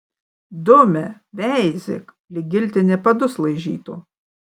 dumia veizėk lyg giltinė padus laižytų